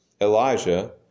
Elijah